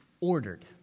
ordered